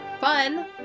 fun